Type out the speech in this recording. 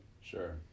sure